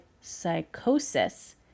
psychosis